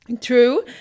True